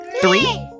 Three